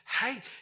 hey